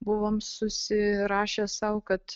buvom susirašę sau kad